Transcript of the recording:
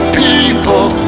people